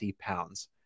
pounds